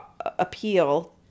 appeal